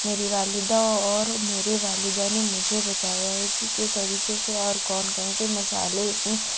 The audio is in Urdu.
میری والدہ اور میرے والدہ نے مجھے بتایا ہے کہ کس طریقے سے اور کون کون سے مسالے اس میں